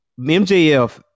mjf